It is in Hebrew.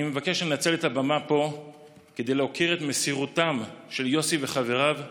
אני מבקש לנצל את הבמה פה כדי להוקיר את מסירותם של יוסי וחבריו,